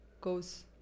goes